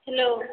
hello